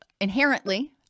inherently